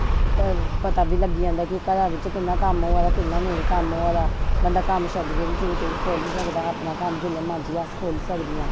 ते पता बी लग्गी जंदा कि घरा बिच किन्ना कम्म होआ दा किना नेई कम्म होआ दा बंदा कम्म छड्डी बी यूट्यूब खोह्ली सकदा अपना कम्म जिसले मर्जी अस खोह्ली सकदियां